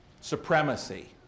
supremacy